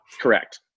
Correct